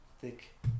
thick